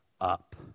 up